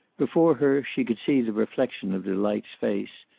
before her she could see the reflection of delight's face,